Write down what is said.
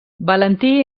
valentí